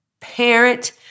parent